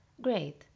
Great